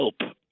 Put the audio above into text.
help